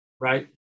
Right